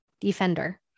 defender